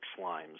slimes